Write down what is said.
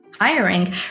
Hiring